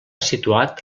situat